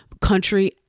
country